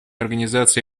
организации